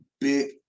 big